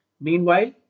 Meanwhile